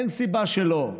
אין סיבה שלא.